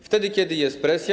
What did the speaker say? Wtedy kiedy jest presja.